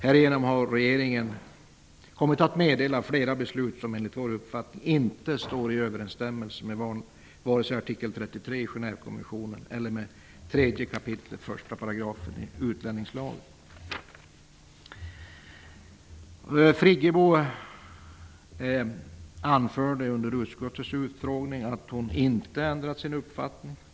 Härigenom har regeringen kommit att meddela flera beslut som enligt vår uppfattning inte står i överensstämmelse vare sig med artikel 33 i Birgit Friggebo anförde vid utskottets utfrågning att hon inte ändrat uppfattning.